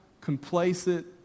complacent